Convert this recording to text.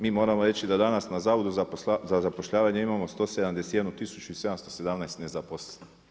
Mi moramo reći da na Zavodu za zapošljavanje imamo 171 tisuću i 717 nezaposlenih.